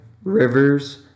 rivers